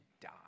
die